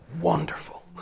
wonderful